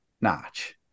notch